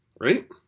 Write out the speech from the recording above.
right